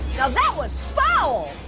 now that was fowl.